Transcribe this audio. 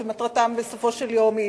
שמטרתן בסופו של יום היא